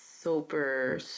super